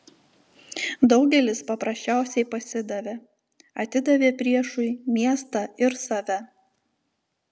daugelis paprasčiausiai pasidavė atidavė priešui miestą ir save